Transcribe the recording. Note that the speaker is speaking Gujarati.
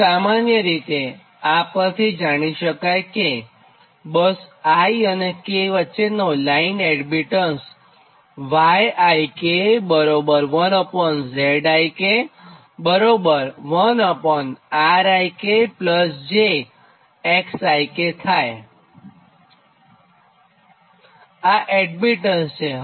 તો સામાન્ય રીતે આ પરથી જાણી શકાય છેકે બસ i અને k વચ્ચેનો લાઇન એડમીટન્સ આ એડમીટન્સ છે